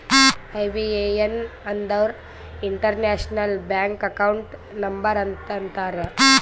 IBAN ಅಂದುರ್ international bank account number ಅಂತ ಅಂತಾರ್